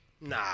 nah